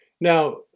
Now